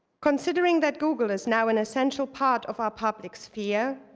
considering that google is now an essential part of our public sphere,